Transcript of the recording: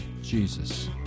Jesus